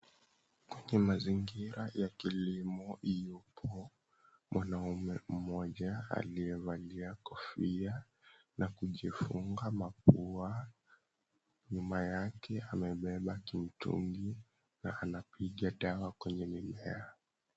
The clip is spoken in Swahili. Kwenye mazingira ya kilimo iliyoko mwanaume mmoja aliyevalia kofia na kujifunga mapua nyuma yake amebeba kimtungi na anapiga dawa kwenye mimea.